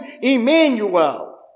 Emmanuel